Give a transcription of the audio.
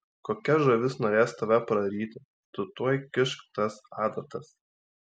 kokia žuvis norės tave praryti tu tuoj kišk tas adatas